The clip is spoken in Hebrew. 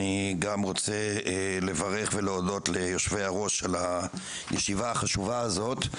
אני גם רוצה לברך ולהודות ליושבי הראש על הישיבה החשובה הזאת,